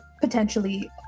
potentially